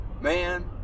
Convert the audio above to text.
man